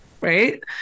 right